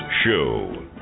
Show